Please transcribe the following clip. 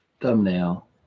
thumbnail